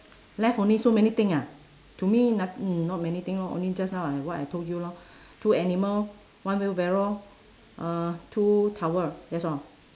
left only so many thing ah to me not~ not many things lor only just now I what I told you lor two animal one wheelbarrow uh two towel that's all